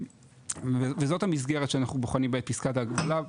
וזאת המסגרת שאנחנו בוחנים בפסקת ההגבלה,